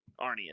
Arnie